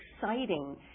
exciting